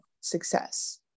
success